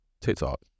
TikTok